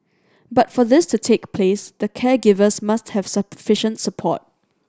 but for this to take place the caregivers must have sufficient support